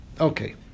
Okay